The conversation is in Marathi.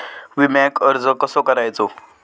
विम्याक अर्ज कसो करायचो?